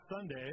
Sunday